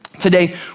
Today